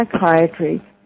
psychiatry